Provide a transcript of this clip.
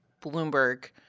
Bloomberg